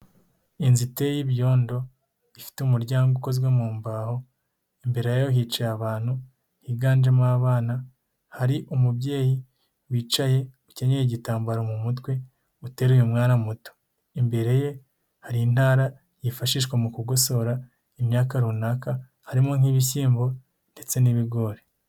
Inzu iteye y'ibyondo ifite umuryango ukozwe mu mbaho, imbere yayo hicaye abantu higanjemo abana, hari umubyeyi wicaye ukenyeye igitambaro mu mutwe utereye umwana muto, imbere ye hari intara yifashishwa mu kugosora imyaka runaka, harimo nk'ibishyimbo ndetse n'ibigori.